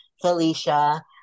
Felicia